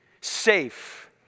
safe